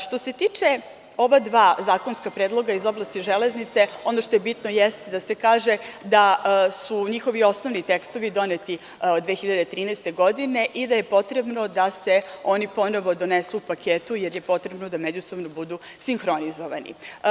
Što se tiče ova dva zakonska predloga iz oblasti železnica, ono što je bitno, jeste da se kaže da su njihovi osnovni tekstovi doneti 2013. godine i da je potrebno da se oni ponovo donesu u paketu, jer je potrebno da međusobno budu sinhronizovani.